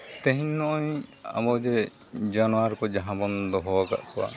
ᱛᱮᱦᱮᱧ ᱱᱚᱜᱼᱚᱭ ᱟᱵᱚ ᱡᱮ ᱡᱟᱱᱣᱟᱨ ᱠᱚ ᱡᱟᱦᱟᱸ ᱵᱚᱱ ᱫᱚᱦᱚ ᱟᱠᱟᱫ ᱠᱚᱣᱟ